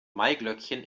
maiglöckchen